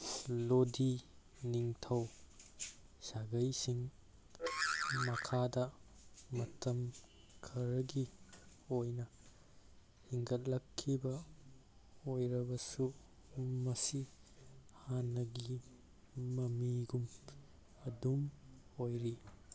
ꯂꯣꯗꯤ ꯅꯤꯡꯊꯧ ꯁꯥꯒꯩꯁꯤꯡ ꯃꯈꯥꯗ ꯃꯇꯝ ꯈꯔꯒꯤ ꯑꯣꯏꯅ ꯍꯤꯡꯒꯠꯂꯛꯈꯤꯕ ꯑꯣꯏꯔꯕꯁꯨ ꯃꯁꯤ ꯍꯥꯟꯅꯒꯤ ꯃꯃꯤꯒꯨꯝ ꯑꯗꯨꯝ ꯑꯣꯏꯔꯤ